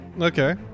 Okay